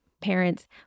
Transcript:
parents